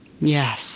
Yes